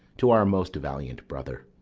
to our most valiant brother.